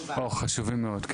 חשובים מאוד.